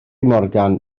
morgan